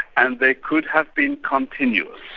and they could have been continuous.